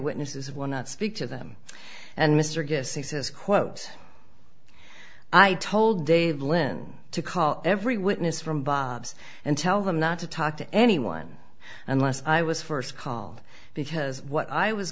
witnesses will not speak to them and mr guest says quote i told dave lind to call every witness from by and tell them not to talk to anyone unless i was first calm because what i was